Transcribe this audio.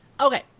Okay